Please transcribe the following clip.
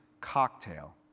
cocktail